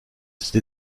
cette